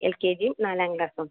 L K ജിയും നാലാം ക്ലാസ്സും